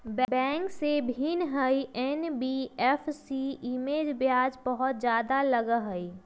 Bank से भिन्न हई एन.बी.एफ.सी इमे ब्याज बहुत ज्यादा लगहई?